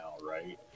right